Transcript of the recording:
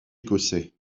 écossais